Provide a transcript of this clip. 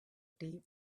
date